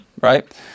right